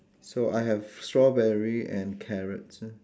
so I have strawberry and carrots